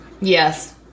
Yes